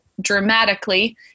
dramatically